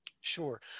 Sure